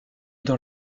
dans